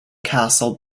castle